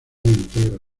integra